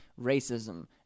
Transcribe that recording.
racism